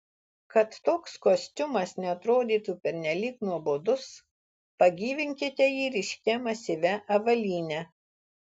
kad toks kostiumas neatrodytų pernelyg nuobodus pagyvinkite jį ryškia masyvia avalyne